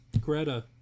Greta